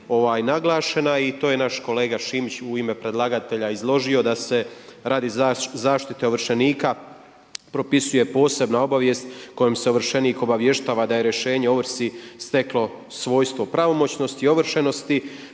naglašena. I to je naš kolega Šimić u ime predlagatelja izložio da se radi zaštite ovršenika propisuje posebna obavijest kojom se ovršenik obavještava da je rješenje o ovrsi steklo svojstvo pravomoćnosti i ovršenosti